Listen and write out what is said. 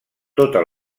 tota